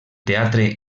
teatre